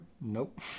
Nope